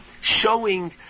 showing